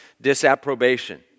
disapprobation